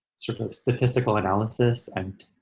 sort of, statistical analysis. and,